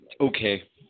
Okay